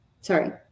Sorry